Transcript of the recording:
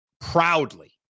proudly